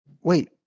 Wait